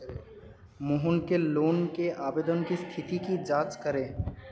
मोहन के लोन के आवेदन की स्थिति की जाँच करें